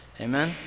Amen